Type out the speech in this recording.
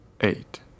eight